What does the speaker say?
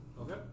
Okay